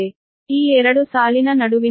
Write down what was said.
ಆದ್ದರಿಂದ ಈ ಎರಡು ಸಾಲಿನ ನಡುವಿನ ಅಂತರವನ್ನು 1